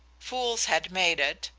fools had made it,